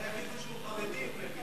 אבל איך ידעו שהוא חרדי אם הוא יגיד "שלוש"?